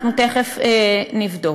אנחנו תכף נבדוק.